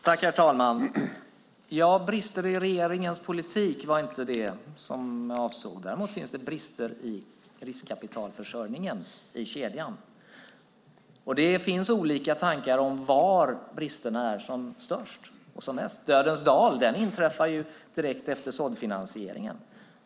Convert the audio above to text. Herr talman! Brister i regeringens politik var inte det som jag avsåg. Däremot finns det brister i riskkapitalförsörjningen, i kedjan, och det finns olika tankar om var bristerna är som störst. Dödens dal inträffar ju direkt efter såddfinansieringen.